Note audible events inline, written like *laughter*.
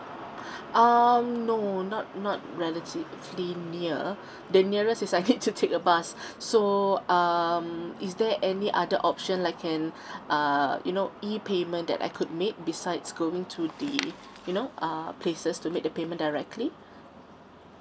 *breath* um no not not relatively near *breath* the nearest is I *laughs* need to take a bus so um is there any other option I can uh you know E payment that I could make besides going to the *noise* you know uh places to make the payment directly